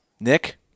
Nick